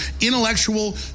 intellectual